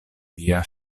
via